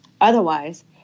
Otherwise